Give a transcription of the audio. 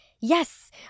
yes